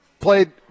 Played